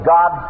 God